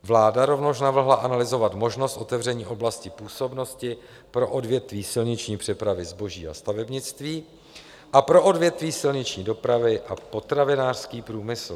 Vláda rovněž navrhla analyzovat možnost otevření oblasti působnosti pro odvětví silniční přepravy zboží a stavebnictví a pro odvětví silniční dopravy a potravinářský průmysl.